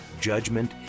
judgment